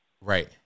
Right